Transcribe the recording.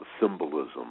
symbolism